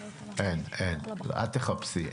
אין, אל תחפשי.